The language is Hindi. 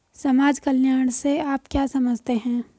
समाज कल्याण से आप क्या समझते हैं?